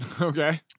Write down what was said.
Okay